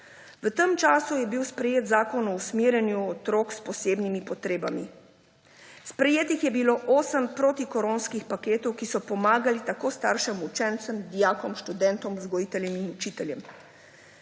V tem času je bil sprejet Zakon o usmerjanju otrok s posebnimi potrebami. Sprejetih je bilo osem protikoronskih paketov, ki so pomagali tako staršem, učencem, dijakom, študentom, vzgojiteljem kot učiteljem.